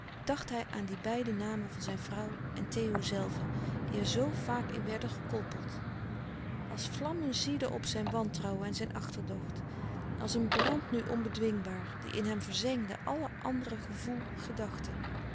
dacht hij aan die beide namen van zijn vrouw en theo zelve die er zoo vaak in werden gekoppeld als vlammen ziedden op zijn wantrouwen en zijn achterdocht als een brand nu onbedwing baar die in hem verzengde alle andere gevoel gedachte